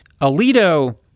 Alito